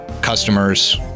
customers